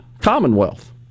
Commonwealth